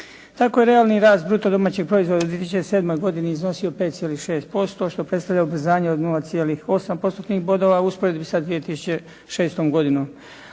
Tako je realni rast bruto domaćeg proizvoda u 2007. godini iznosio 5,6% što predstavlja ubrzanje od 0,8% postotnih bodova u usporedbi sa 2006. godinom.